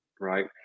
right